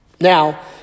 Now